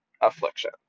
affliction